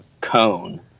cone